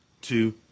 two